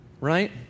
Right